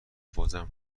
وبازم